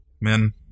men